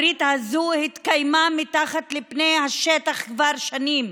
הברית הזו התקיימה מתחת לפני השטח כבר שנים,